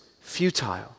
futile